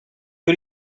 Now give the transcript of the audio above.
who